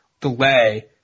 delay